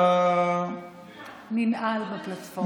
ננעל בפלטפורמה.